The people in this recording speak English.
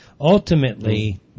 ultimately